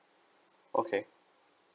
okay